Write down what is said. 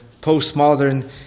postmodern